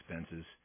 expenses